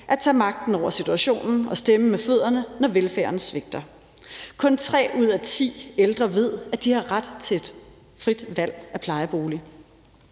at tage magten over situationen og stemme med fødderne, når velfærden svigter. Kun tre ud af ti ældre ved, at de har ret til et frit valg af plejebolig.